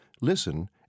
Listen